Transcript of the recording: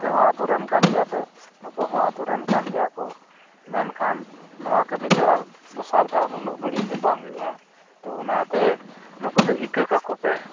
ᱟᱯᱮ ᱦᱚᱸ ᱟᱛᱳ ᱨᱮᱱ ᱠᱟᱱᱜᱮᱭᱟ ᱯᱮ ᱱᱩᱠᱩ ᱦᱚᱸ ᱟᱛᱳ ᱨᱮᱱ ᱠᱟᱱ ᱜᱮᱭᱟ ᱠᱚ ᱢᱮᱱᱠᱷᱟᱱ ᱱᱚᱶᱟ ᱫᱚ ᱫᱚᱥᱟᱨ ᱫᱷᱟᱣ ᱱᱩᱱᱟᱹᱜ ᱵᱟᱹᱲᱤᱡ ᱫᱚ ᱵᱟᱝ ᱦᱩᱭᱩᱜᱼᱟ ᱚᱱᱟ ᱛᱮ ᱱᱩᱠᱩ ᱫᱚ ᱤᱠᱟᱹ ᱠᱟᱠᱚ ᱯᱮ